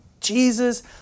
Jesus